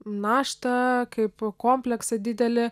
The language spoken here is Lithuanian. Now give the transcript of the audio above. naštą kaip kompleksą didelį